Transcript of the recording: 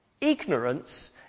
Ignorance